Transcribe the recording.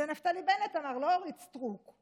את זה נפתלי בנט אמר, לא אורית סטרוק.